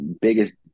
biggest